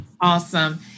Awesome